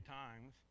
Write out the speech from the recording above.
times